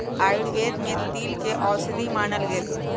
आयुर्वेद में तिल के औषधि मानल गैले है